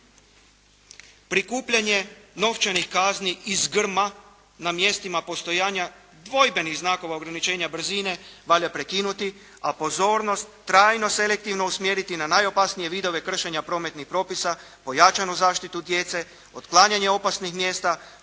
Prikupljanje novčanih kazni iz grma na mjestima postojanja dvojbenih znakova ograničenja brzine valja prekinuti, a pozornost trajno selektivno usmjeriti na najopasnije vidove kršenja prometnih propisa, pojačanu zaštitu djece, otklanjanje opasnih mjesta,